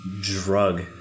drug